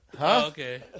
Okay